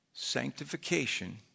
Sanctification